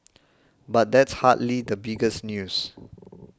but that's hardly the biggest news